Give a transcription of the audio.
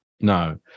No